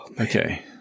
Okay